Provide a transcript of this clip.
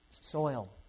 soil